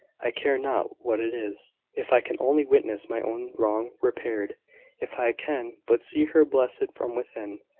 i care not what it is. if i can only witness my own wrong repaired if i can but see her blessed from within,